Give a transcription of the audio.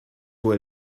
fue